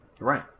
Right